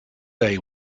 day